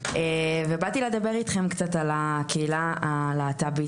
ובאתי לדבר אתכם קצת על הקהילה הלהט"בית